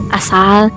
asal